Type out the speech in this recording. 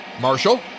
Marshall